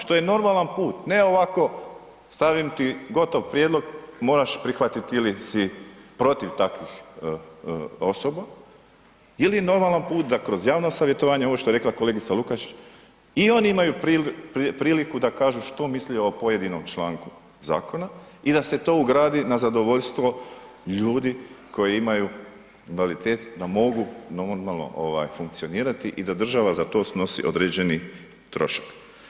Što je normalan put, ne ovako, stavim ti gotov prijedlog, moraš prihvatiti ili si protiv takvih osoba ili normalan put da kroz javno savjetovanje, ovo što je rekla kolegica Lukačić i oni imaju priliku da kažu što misle o pojedinom članku zakona i da se to ugradi na zadovoljstvo ljudi koji imaju invaliditet da mogu normalno funkcionirati i da država za to snosi određeni trošak.